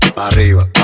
Arriba